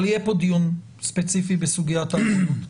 אבל יהיה פה דיון ספציפי בסוגיית העגונות.